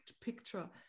picture